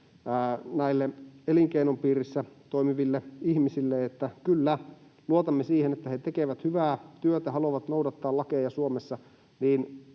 näille elinkeinon piirissä toimiville ihmisille, että kyllä, luotamme siihen, että he tekevät hyvää työtä ja haluavat noudattaa lakeja Suomessa,